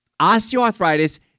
Osteoarthritis